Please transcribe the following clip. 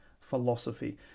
philosophy